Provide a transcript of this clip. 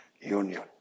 Union